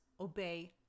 obey